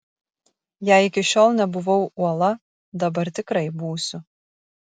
jei iki šiol nebuvau uola dabar tikrai būsiu